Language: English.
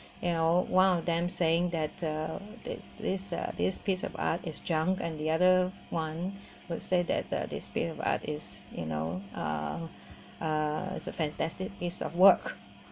you know one of them them saying that uh this uh this piece of art is junk and the other one would say that uh this piece of art is you know uh uh as a fantastic piece of work